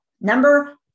Number